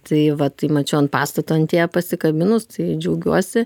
tai vat tai mačiau ant pastato antėja pasikabinus džiaugiuosi